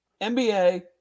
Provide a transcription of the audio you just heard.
NBA